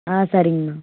ஆ சரிங்கம்மா